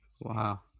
Wow